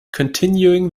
continuing